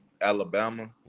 Alabama